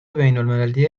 بینالمللی